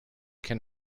can